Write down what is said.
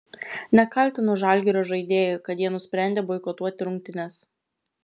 nekaltinu žalgirio žaidėjų kad jie nusprendė boikotuoti rungtynes